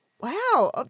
wow